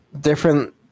different